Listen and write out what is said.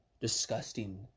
Disgusting